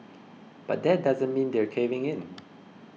but that doesn't mean they're caving in